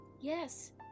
yes